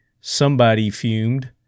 somebody-fumed